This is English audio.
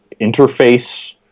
interface